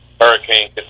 hurricane